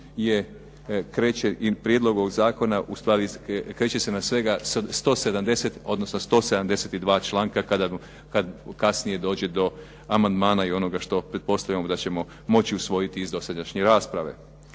je, kreće i prijedlog ovog zakona kreće se na svega 170 odnosno 172 članka kad kasnije dođe do amandmana i onoga što pretpostavljamo da ćemo moći usvojiti iz dosadašnje rasprave.